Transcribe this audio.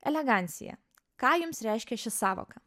elegancija ką jums reiškia ši sąvoka